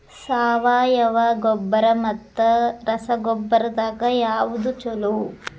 ಸಾವಯವ ಗೊಬ್ಬರ ಮತ್ತ ರಸಗೊಬ್ಬರದಾಗ ಯಾವದು ಛಲೋ?